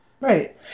right